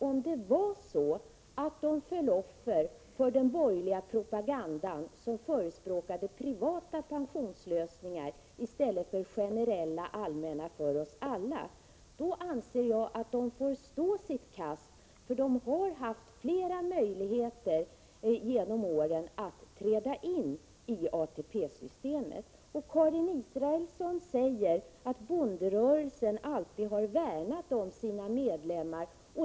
Om det var så att de föll offer för den borgerliga propagandan, som förespråkade privata pensionslösningar i stället för generella, allmänna för oss alla, anser jag att de får stå sitt kast, eftersom de under åren haft flera möjligheter att träda in i ATP-systemet. Karin Israelsson säger att bonderörelsen alltid värnat om sina medlemmar.